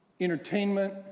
entertainment